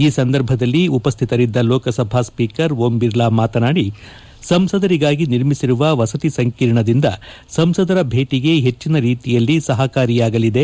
ಈ ಸಂದರ್ಭದಲ್ಲಿ ಉಪಸ್ಥಿತರಿದ್ದ ಲೋಕಸಭಾ ಸ್ಪೀಕರ್ ಓಂ ಬಿರ್ಲಾ ಮಾತನಾದಿ ಸಂಸದರಿಗಾಗಿ ನಿರ್ಮಿಸಿರುವ ವಸತಿ ಸಂಕೀರ್ಣದಿಂದ ಸಂಸದರ ಭೇಟಿಗೆ ಹೆಚ್ಚಿನ ರೀತಿಯಲ್ಲಿ ಸಹಕಾರಿಯಾಗಲಿದೆ